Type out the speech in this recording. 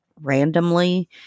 randomly